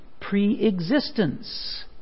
pre-existence